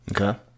okay